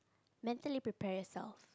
mentally prepare yourself